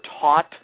taught